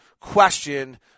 question –